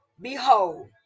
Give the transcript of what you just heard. behold